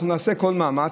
אנחנו נעשה כל מאמץ.